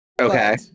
Okay